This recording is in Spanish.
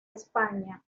españa